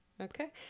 Okay